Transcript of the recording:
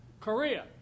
Korea